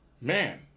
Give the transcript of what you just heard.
man